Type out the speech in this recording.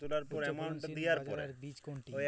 উচ্চফলনশীল বাজরার বীজ কোনটি?